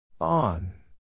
on